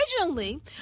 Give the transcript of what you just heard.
Originally